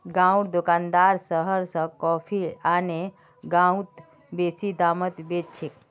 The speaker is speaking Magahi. गांउर दुकानदार शहर स कॉफी आने गांउत बेसि दामत बेच छेक